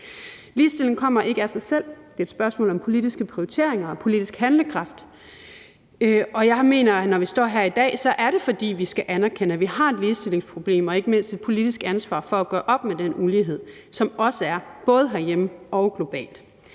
Ligestilling kommer ikke af sig selv. Det er et spørgsmål om politiske prioriteringer og politisk handlekraft. Og jeg mener, at når vi står her i dag, er det, fordi vi skal anerkende, at vi har et ligestillingsproblem og ikke mindst et politisk ansvar for at gøre op med den ulighed, som er både herhjemme og globalt.